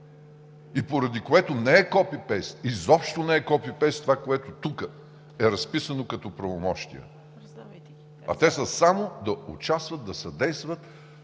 И поради което не е копи-пейст – изобщо не е копи-пейст това, което тук е разписано като правомощия, а те са само да участват, да съдействат